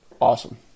Awesome